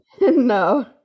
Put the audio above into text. no